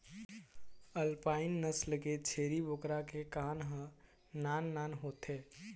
alpine नसल के छेरी बोकरा के कान ह नान नान होथे